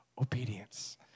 obedience